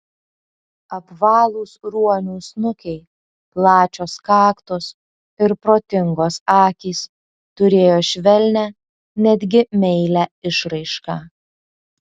apvalūs ruonių snukiai plačios kaktos ir protingos akys turėjo švelnią netgi meilią išraišką